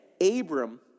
Abram